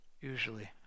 usually